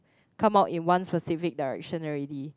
come out in one specific direction already